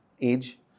age